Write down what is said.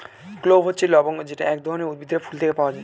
clove হচ্ছে লবঙ্গ যেটা এক ধরনের উদ্ভিদের ফুল থেকে পাওয়া